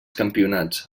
campionats